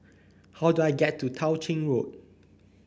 how do I get to Tao Ching Road